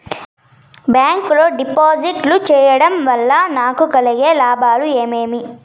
Bank లో డిపాజిట్లు సేయడం వల్ల నాకు కలిగే లాభాలు ఏమేమి?